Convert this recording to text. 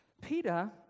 Peter